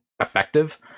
effective